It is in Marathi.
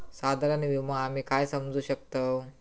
साधारण विमो आम्ही काय समजू शकतव?